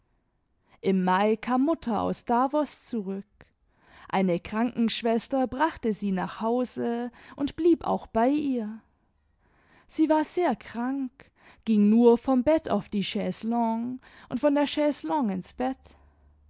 im mai kam mutter aus davos zurück eine krankenschwester brachte sie nach hause und blieb auch bei ihr sie war sehr krank ging nur vom bett auf die chaiselongue und von der chaiselongue ins bett